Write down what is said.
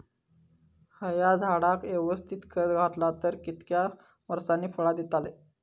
हया झाडाक यवस्तित खत घातला तर कितक्या वरसांनी फळा दीताला?